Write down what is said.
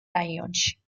რაიონში